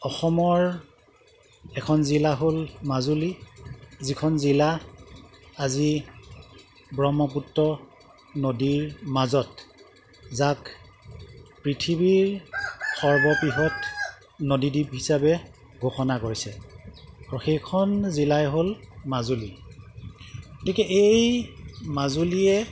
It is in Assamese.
অসমৰ এখন জিলা হ'ল মাজুলী যিখন জিলা আজি ব্ৰহ্মপুত্ৰ নদীৰ মাজত যাক পৃথিৱীৰ সৰ্ববৃহৎ নদীদ্বীপ হিচাপে ঘোষণা কৰিছে আৰু সেইখন জিলাই হ'ল মাজুলী গতিকে এই মাজুলীয়ে